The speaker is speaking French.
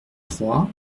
trois